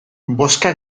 bozka